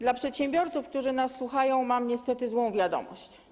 Dla przedsiębiorców, którzy nas słuchają, mam niestety złą wiadomość.